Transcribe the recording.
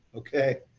okay,